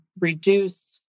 reduce